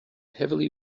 heavily